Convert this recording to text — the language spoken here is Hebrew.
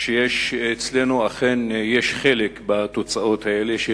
שיש אצלנו אכן יש חלק בתוצאות האלה,